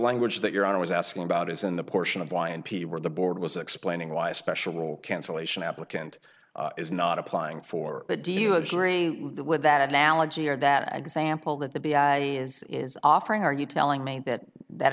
language that your honor was asking about is in the portion of y n p where the board was explaining why a special cancellation applicant is not applying for it do you agree with that analogy or that example that the b i is offering are you telling me that that